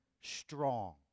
strong